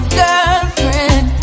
girlfriend